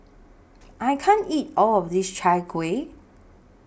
I can't eat All of This Chai Kuih